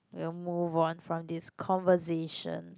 we'll move on from this conversation